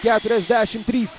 keturiasdešimt trys